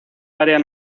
área